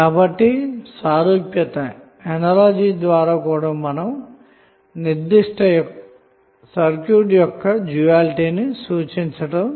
కాబట్టి సారూప్యత ద్వారా కూడా మనం నిర్దిష్ట సర్క్యూట్ యొక్క డ్యూయాలిటీ ని సూచించవచ్చు